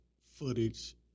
footage